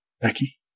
Becky